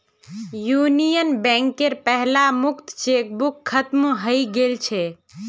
union बैंकेर पहला मुक्त चेकबुक खत्म हइ गेल छ